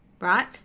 right